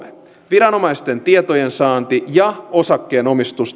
viranomaisten tietojensaanti ja osakkeenomistusten yleisöjulkisuus